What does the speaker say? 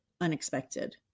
unexpected